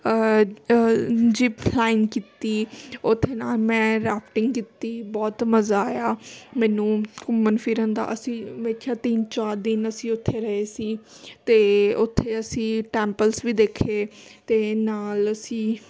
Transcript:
zip ਸਾਈਨ ਕੀਤੀ ਉਹ ਮੈਂ ਰਾਫਟਿੰਗ ਕੀਤੀ ਬਹੁਤ ਮਜ਼ਾ ਆਇਆ ਮੈਨੂੰ ਘੁੰਮਣ ਫਿਰਨ ਦਾ ਅਸੀਂ ਵੇਖਿਆ ਤਿੰਨ ਚਾਰ ਦਿਨ ਅਸੀਂ ਉੱਥੇ ਰਹੇ ਸੀ ਅਤੇ ਉੱਥੇ ਅਸੀਂ ਟੈਂਪਲਸ ਵੀ ਦੇਖੇ ਅਤੇ ਨਾਲ ਅਸੀਂ